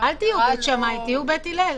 אל תהיו בית שמאי, תהיו בית הלל.